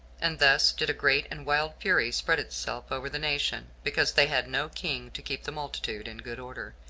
and thus did a great and wild fury spread itself over the nation, because they had no king to keep the multitude in good order,